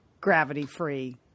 gravity-free